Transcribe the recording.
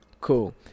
cool